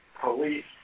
police